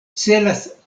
celas